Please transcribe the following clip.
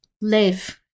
live